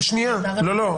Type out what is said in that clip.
לא,